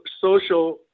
social